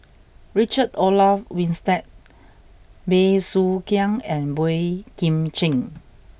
Richard Olaf Winstedt Bey Soo Khiang and Boey Kim Cheng